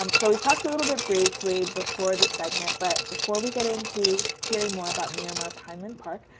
um so we talked a little bit briefly before the segment but before we get into hearing more about miramar pineland park,